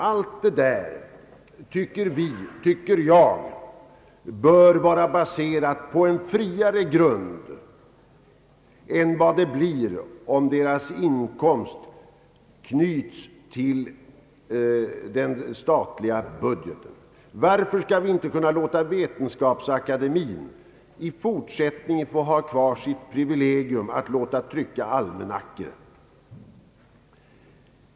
All denna verksamhet bör, tycker jag, vara baserad på en friare grund än vad det blir om Vetenskapsakademiens inkomster knyts till den statliga budgeten. Varför skall vi inte kunna låta Vetenskapsakademien i fortsättningen ha kvar sitt privilegium att låta trycka almanackor?